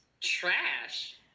Trash